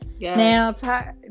Now